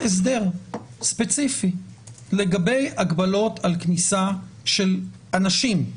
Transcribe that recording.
הסדר ספציפי לגבי הגבלות על כניסה של אנשים,